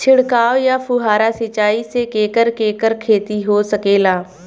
छिड़काव या फुहारा सिंचाई से केकर केकर खेती हो सकेला?